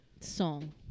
song